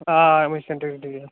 آ آ ہمیشہِ کنٹِنیٚوٗ